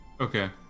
Okay